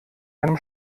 einem